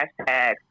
hashtags